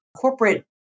corporate